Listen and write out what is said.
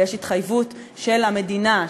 ויש התחייבות של המדינה,